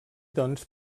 doncs